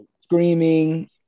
screaming